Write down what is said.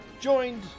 joined